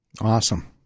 Awesome